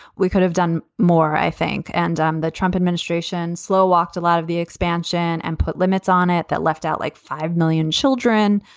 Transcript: we could have done more, i think. and um the trump administration slow walked a lot of the expansion and put limits on it. that left out like five million children.